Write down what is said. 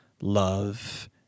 love